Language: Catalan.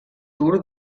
tour